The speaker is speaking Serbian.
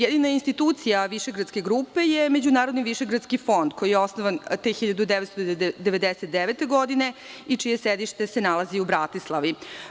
Jedina institucija Višegradske grupe je Međunarodni višegradski fond koji je osnovan te 1999. godine i čije sedište se nalazi u Bratislavi.